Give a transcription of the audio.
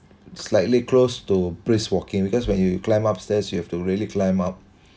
slightly closed to brisk walking because when you climb up stairs you have to really climb up